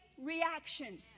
reaction